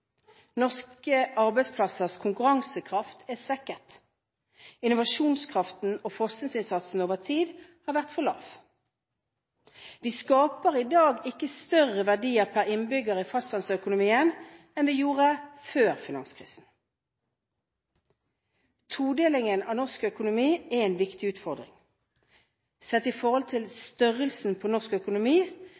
Norske arbeidsplassers konkurransekraft er svekket. Innovasjonskraften og forskningsinnsatsen har over tid vært for lav. Vi skaper i dag ikke større verdier per innbygger i fastlandsøkonomien enn vi gjorde før finanskrisen. Todelingen av norsk økonomi er en viktig utfordring. Sett i forhold til størrelsen på norsk økonomi